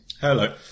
Hello